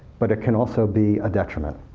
but it can also be a detriment.